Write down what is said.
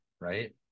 right